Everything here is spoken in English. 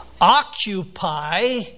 Occupy